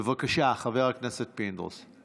בבקשה, חבר הכנסת פינדרוס.